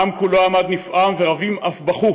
"העם כולו עמד נפעם ורבים אף בכו